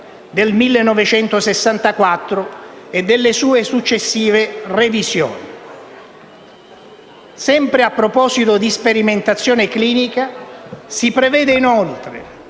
del 1964 e dalle sue successive revisioni. Sempre a proposito di sperimentazione clinica si prevede, inoltre,